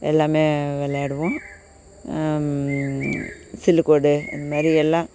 எல்லாமே விளையாடுவோம் சில்லுகோடு அந்தமாதிரி எல்லாம்